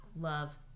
love